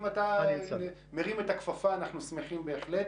אם אתה מרים את הכפפה, אנחנו שמחים בהחלט